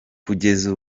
kugeza